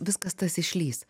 viskas tas išlįs